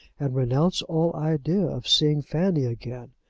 and renounce all idea of seeing fanny again.